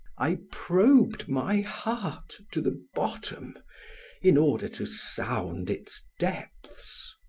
i probed my heart to the bottom in order to sound its depths.